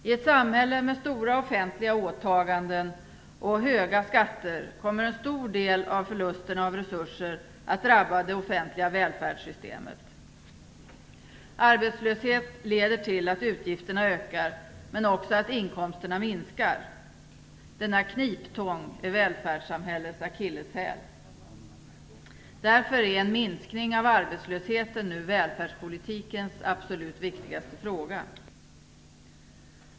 I ett samhälle med stora offentliga åtaganden och höga skatter kommer en stor del av förlusterna av resurser att drabba det offentliga välfärdssystemet. Arbetslöshet leder till att utgifterna ökar men också till att inkomsterna minskar. Denna kniptång är välfärdssamhällets akilleshäl. Därför är en minskning av arbetslösheten nu välfärdspolitikens absolut viktigaste fråga.